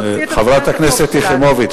חברת הכנסת יחימוביץ,